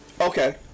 Okay